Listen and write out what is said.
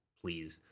please